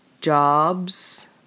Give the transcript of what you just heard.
jobs